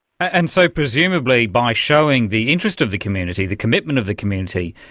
and so presumably by showing the interest of the community, the commitment of the community,